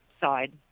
side